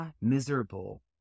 miserable